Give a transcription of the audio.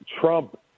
Trump